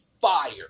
fire